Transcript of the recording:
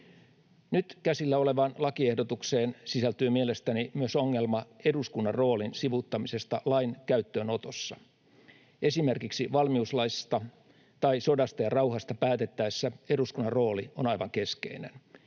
Nyt käsillä olevaan lakiehdotukseen sisältyy mielestäni myös ongelma eduskunnan roolin sivuuttamisesta lain käyttöönotossa. Esimerkiksi valmiuslaista tai sodasta ja rauhasta päätettäessä eduskunnan rooli on aivan keskeinen.